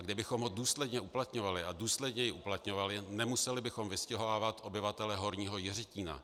Kdybychom ho důsledně uplatňovali a důsledněji uplatňovali, nemuseli bychom vystěhovávat obyvatele Horního Jiřetína.